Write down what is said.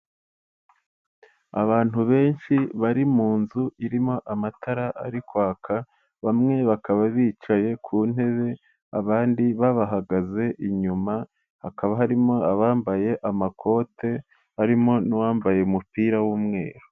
Abantu benshi bari mu nzu irimo amatara ari kwaka, bamwe bakaba bicaye ku ntebe, abandi babahagaze inyuma, hakaba harimo abambaye amakote, barimo n'uwambaye umupira w'umweru.